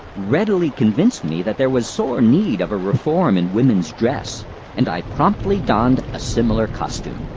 readily convinced me that there was sore need of a reform in woman's dress and i promptly donned a similar costume.